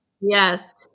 Yes